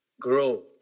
grow